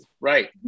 Right